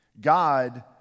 God